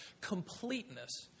completeness